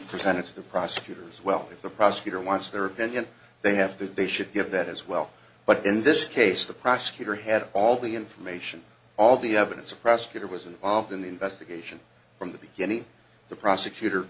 presented to the prosecutors well if the prosecutor wants their opinion they have to they should give that as well but in this case the prosecutor had all the information all the evidence a prosecutor was involved in the investigation from the beginning the prosecutor